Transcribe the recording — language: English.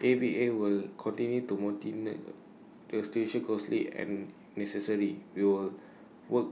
A V A will continue to monitor the situation closely and necessary we will work